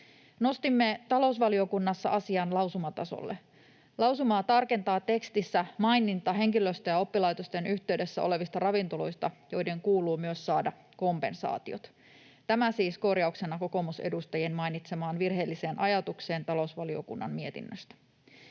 Nostimme talousvaliokunnassa asian lausumatasolle. Lausumaa tarkentaa tekstissä maininta henkilöstö- ja oppilaitosten yhteydessä olevista ravintoloista, joiden myös kuuluu saada kompensaatiot. Tämä siis korjauksena kokoomusedustajien mainitsemaan virheelliseen ajatukseen talousvaliokunnan mietinnöstä.